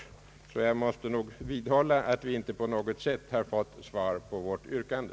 Jag måste nog vidhålla att vi inte på något sätt har fått svar på vårt yrkande.